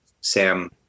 Sam